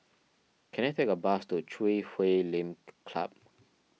can I take a bus to Chui Huay Lim Club